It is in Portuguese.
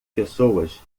pessoas